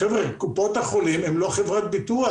קופות החולים הן לא חברות ביטוח.